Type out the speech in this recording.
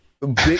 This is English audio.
big